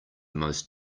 most